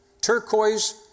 turquoise